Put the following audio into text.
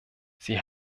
sie